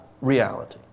reality